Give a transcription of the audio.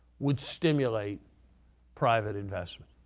would stimulate private investment.